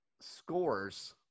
scores